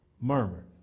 murmured